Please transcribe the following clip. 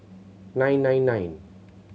nine nine nine